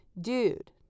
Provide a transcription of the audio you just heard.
Dude